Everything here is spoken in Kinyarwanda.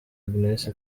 agnes